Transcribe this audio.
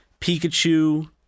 Pikachu